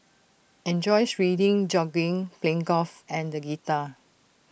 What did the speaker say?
enjoys reading jogging playing golf and the guitar